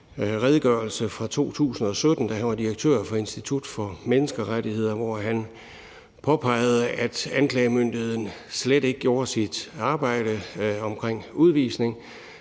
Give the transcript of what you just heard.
redegørelse fra 2017, da han var direktør for Institut for Menneskerettigheder, hvor han påpegede, at anklagemyndigheden slet ikke gjorde sit arbejde omkring udvisning,